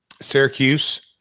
Syracuse